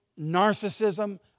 narcissism